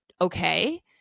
okay